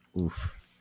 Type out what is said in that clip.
oof